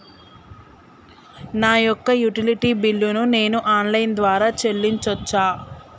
నా యొక్క utility bill ను నేను ఆన్ లైన్ ద్వారా చెల్లించొచ్చా?